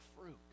fruit